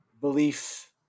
belief